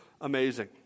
amazing